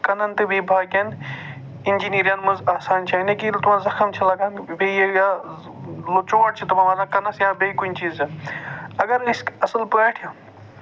کَنن تہٕ بیٚیہِ باقٮ۪ن اِنجیٖنٮ۪رَن منٛز آسان یعنے کہِ ییٚلہِ تور زَخٔم چھِ لَگان بیٚیہِ ییٚلہِ چوٹ چھُ لَگان تٔمِس کَنس یا بیٚیہِ کُنہِ چیٖزَس اَگر نہٕ أسۍ اَصٕل پٲٹھۍ